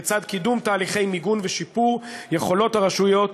לצד קידום תהליכי מיגון ושיפור יכולת הרשויות,